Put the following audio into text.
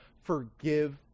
forgive